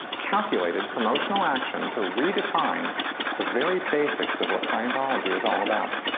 calculated promotional action to redefine the very basics of what scientology is all about.